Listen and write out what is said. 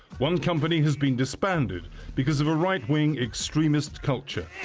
one company has been disbanded because of a right-wing extremist culture.